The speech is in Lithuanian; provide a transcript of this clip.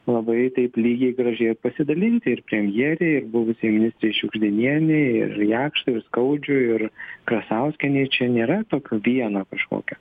labai taip lygiai gražiai ir pasidalinti ir premjerei ir buvusiai ministrei šiugždinienei ir jakštui ir skaudžiui ir krasauskienei čia nėra tokio vieno kažkokio